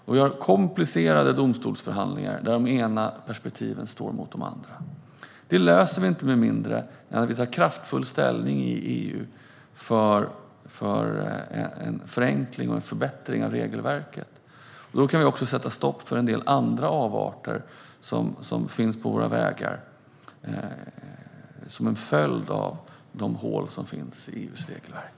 Det är komplicerade domstolsförhandlingar, där det ena perspektivet står mot det andra. Det löser vi inte med mindre än att vi tar kraftfull ställning i EU för en förenkling och förbättring av regelverket. Då kan vi också sätta stopp för en del andra avarter som finns på våra vägar till följd av de hål som finns i EU:s regelverk.